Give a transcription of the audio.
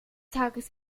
tages